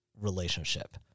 relationship